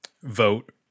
vote